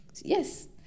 Yes